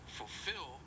fulfill